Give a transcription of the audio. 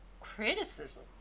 Criticism